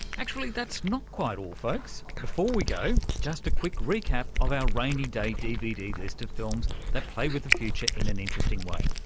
actually that's not quite all folks. before we go, just a quick recap of our rainy-day dvd list of films that play with the future in an interesting way,